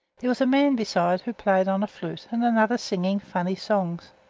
there was a man, besides, who played on a flute, and another singing funny songs.